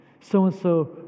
So-and-so